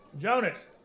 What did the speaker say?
Jonas